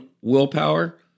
willpower